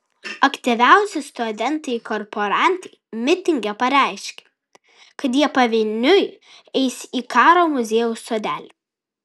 aktyviausi studentai korporantai mitinge pareiškė kad jie pavieniui eis į karo muziejaus sodelį